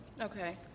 Okay